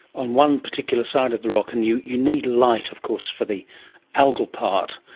on one particular side of the rock, and you you need light of course for the algal part,